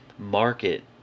Market